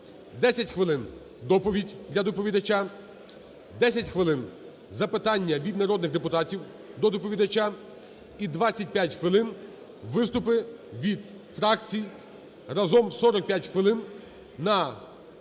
10 хвилин – доповідь для доповідача, 10 хвилин – запитання від народних депутатів до доповідача і 25 хвилин – виступи від фракцій. Разом – 45 хвилин по